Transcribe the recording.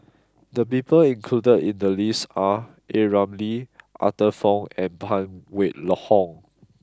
the people included in the list are A Ramli Arthur Fong and Phan Wait Hong